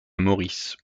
maurice